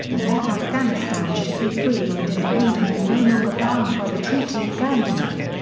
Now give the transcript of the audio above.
and that afghanistan should be free and independent and no longer bound by the treaty of gandamak.